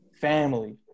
family